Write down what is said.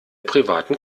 privaten